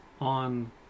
on